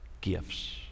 gifts